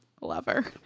lover